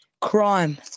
crime